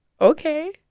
okay